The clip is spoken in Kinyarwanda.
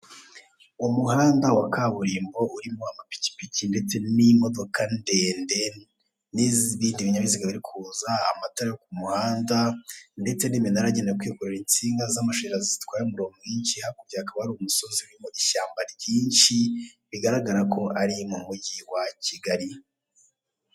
Umuhanda wa kaburimbo urimo amapikipiki ndetse n'imodoka ndende n'ibindi binyabiziga biri kuza, amatara ku muhanda ndetse n'iminara yagenewe kwikorera insinga z'amashanyarazi zitwara umuriro mwinshi hakurya hakaba hari umusozi urimo ishyamba ryinshi, bigaragara ko ari mu mujyi wa Kigali.